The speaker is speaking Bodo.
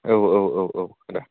औ औ औ औ दे